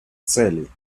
целей